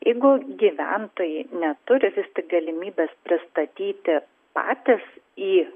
jeigu gyventojai neturi vis tik galimybės pristatyti patys į